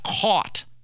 caught